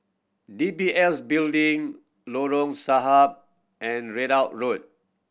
D B S Building Lorong Sahad and Ridout Road